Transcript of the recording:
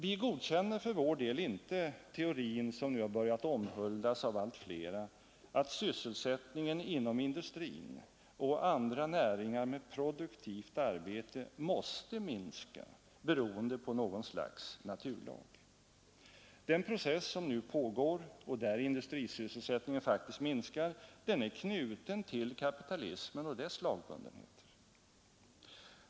Vi godkänner för vår del inte den teori som nu har börjat omhuldas av allt flera att sysselsättningen inom industrin måste minska beroende på något slags naturlag. Den process som nu pågår — och där industrisysselsättningen faktiskt minskar — är knuten till kapitalismen och dess lagbundenheter.